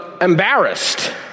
embarrassed